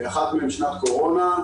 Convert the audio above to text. אחת מהן שנת קורונה,